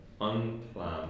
Unplanned